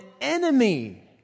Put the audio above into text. enemy